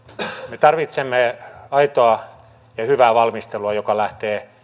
me tarvitsemme aitoa ja hyvää valmistelua joka lähtee